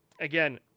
again